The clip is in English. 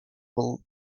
will